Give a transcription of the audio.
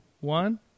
one